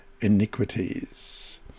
iniquities